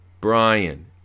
Brian